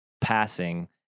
passing